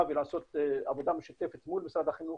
ולעשות עבודה משותפת מול משרד החינוך,